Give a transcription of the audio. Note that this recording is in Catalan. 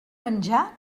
menjar